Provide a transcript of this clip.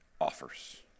offers